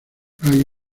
hay